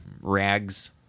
Rags